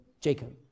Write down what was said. Jacob